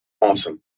Awesome